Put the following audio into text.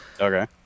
Okay